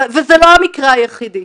וזה לא המקרה היחידי.